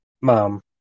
Mom